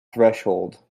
threshold